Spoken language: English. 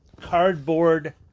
cardboard